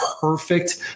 perfect